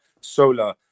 solar